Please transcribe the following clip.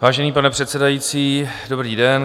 Vážený pane předsedající, dobrý den.